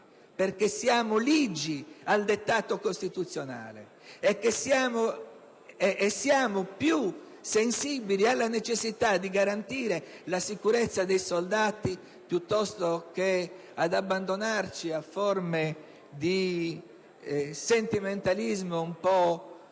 perché siamo ligi al dettato costituzionale e siamo più sensibili alla necessità di garantire la sicurezza dei soldati piuttosto che ad abbandonarci a forme di sentimentalismo un po' spurio